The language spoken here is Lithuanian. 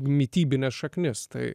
mitybines šaknis tai